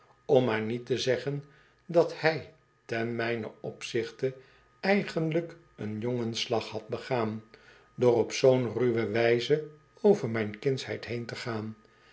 om maar niet te zeggen dat hij ten mijnen opzichte eigenlijk een jon gen ss lag had begaan door op zoo'n ruwe wijze over mijn kindsheid heen te gaan